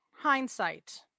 hindsight